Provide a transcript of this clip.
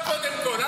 לא קודם כול,